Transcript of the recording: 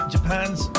Japan's